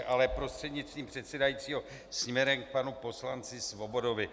Ale prostřednictvím předsedajícího směrem k panu poslanci Svobodovi.